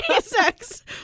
sex